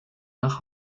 nach